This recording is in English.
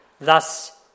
thus